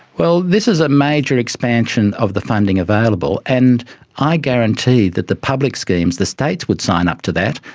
well, this is a major expansion of the funding available, and i guarantee that the public schemes, the states would sign up to that,